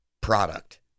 product